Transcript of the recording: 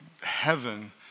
heaven